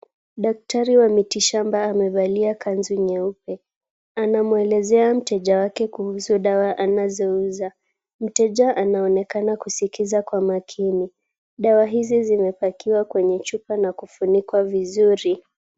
Daktari wa miti shamba amevalia kanzu nyeupe. Anamuelezea mteja wake kuhusu dawa anazouza. Mteja anaonekana kusikiza kwa makini. Dawa hizi zimepakiwa kwenye chupa na kufunikwa vizuri.